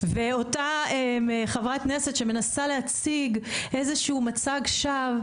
ואותה חברת כנסת שמנסה להציג איזשהו מצג שווא,